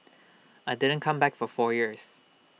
I didn't come back for four years